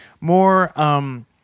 more